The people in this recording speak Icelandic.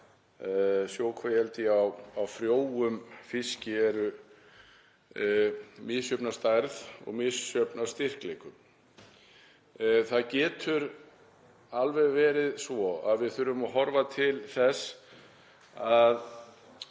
sjókvíaeldi á frjóum fiski eru misjöfn að stærð og misjöfn að styrkleika. Það getur alveg verið svo að við þurfum að horfa til þess að